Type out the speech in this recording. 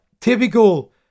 typical